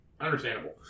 understandable